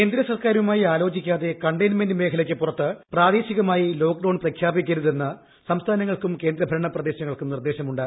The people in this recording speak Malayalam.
കേന്ദ്രസർക്കാരുമായി ആലോചിക്കാതെ കണ്ടെയിൻമെന്റ് മേഖലയ്ക്ക് പുറത്ത് പ്രാദേശികമായി ലോക്ഡൌൺ പ്രഖ്യാപിക്കരുതെന്ന് സംസ്ഥാനങ്ങൾക്കും കേന്ദ്ര ഭരണ പ്രദേശങ്ങൾക്കും നിർദ്ദേശമുണ്ട്